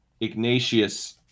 Ignatius